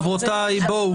חברותיי, בואו.